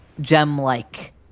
gem-like